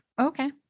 Okay